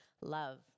love